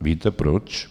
Víte proč?